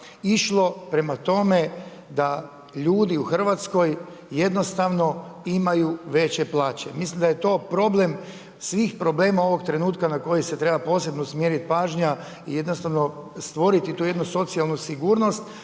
išlo prema tome da ljudi u Hrvatskoj imaju veće plaće? Mislim da je to problem svih problema ovog trenutka na koji se treba posebno usmjeriti pažnja i stvoriti tu jednu socijalnu sigurnost.